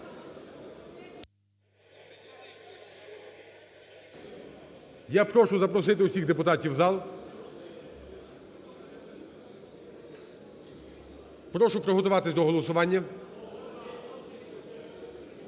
Я прошу запросити усіх депутатів у зал. Прошу приготуватися до голосування. Будь